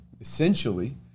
essentially